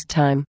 time